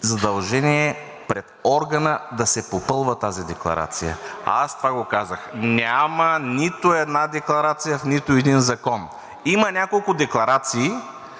задължение пред органа да се попълва тази декларация. Аз това го казах – няма нито една декларация, в нито един закон. Има няколко декларации,